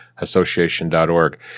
association.org